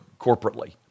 corporately